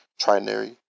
trinary